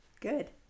Good